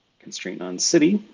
constraint on city.